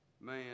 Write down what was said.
man